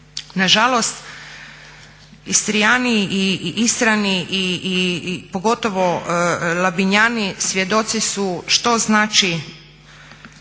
Nažalost, Istrijani i Istrani i pogotovo Labinjani svjedoci su što znači